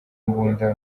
imbunda